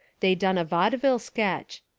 they done a vaudeville sketch.